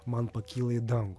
man pakyla į dangų